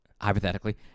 hypothetically